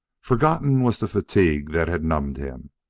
forgotten was the fatigue that had numbed him.